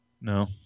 No